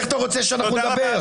אז איך אתה רוצה שאנחנו נדבר?